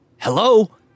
Hello